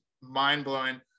mind-blowing